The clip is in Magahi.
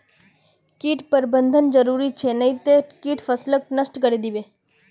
कीट प्रबंधन जरूरी छ नई त कीट फसलक नष्ट करे दीबे